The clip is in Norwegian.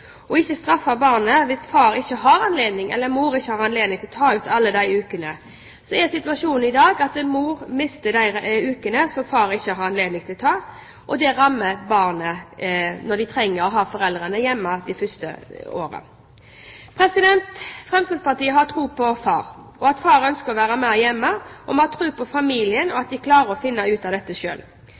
og ikke straffe barnet hvis far ikke har anledning eller mor ikke har anledning til å ta ut alle de ukene. Situasjonen i dag er at mor mister de ukene som far ikke har anledning til å ta, og det rammer barnet, for de trenger å ha foreldrene hjemme det første året. Fremskrittspartiet har tro på far og at far ønsker å være mer hjemme, og vi har tro på familien og at de klarer å finne ut av dette